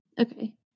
Okay